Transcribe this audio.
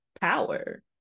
power